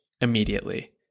immediately